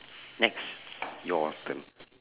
next your turn